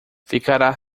ficará